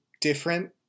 different